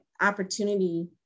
opportunity